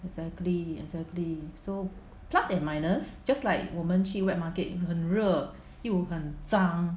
exactly exactly so plus and minus just like 我们去 wet market 很热又很脏